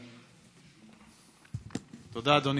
תודה, אדוני.